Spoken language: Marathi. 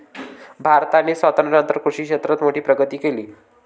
भारताने स्वातंत्र्यानंतर कृषी क्षेत्रात मोठी प्रगती केली आहे